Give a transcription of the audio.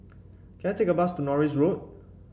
can I take a bus to Norris Road